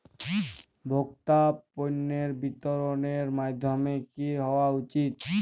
ভোক্তা পণ্যের বিতরণের মাধ্যম কী হওয়া উচিৎ?